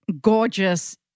gorgeous